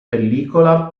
pellicola